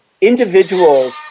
individuals